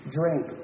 drink